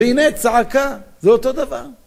והנה צעקה זה אותו דבר